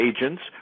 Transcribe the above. agents